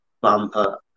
bumper